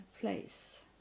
place